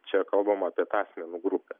čia kalbama apie tą asmenų grupę